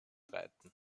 reiten